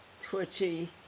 twitchy